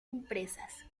empresas